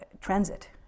Transit